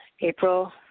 April